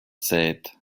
said